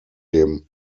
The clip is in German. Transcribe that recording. dem